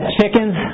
chickens